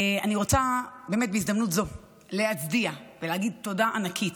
אני רוצה באמת בהזדמנות זו להצדיע ולהגיד תודה ענקית